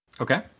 Okay